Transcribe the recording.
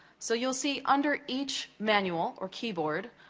so, you'll see under each manual or keyboard,